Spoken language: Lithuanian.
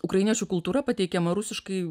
ukrainiečių kultūra pateikiama rusiškai